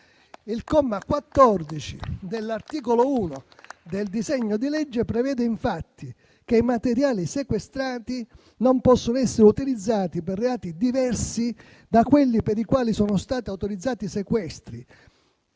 Il comma 14 dell'articolo 1 del disegno di legge prevede infatti che i materiali sequestrati non possano essere utilizzati per reati diversi da quelli per i quali sono stati autorizzati i sequestri,